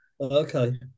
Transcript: Okay